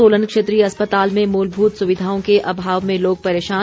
सोलन क्षेत्रीय अस्पताल में मूलभुत सुविधाओं के अभाव में लोग परेशान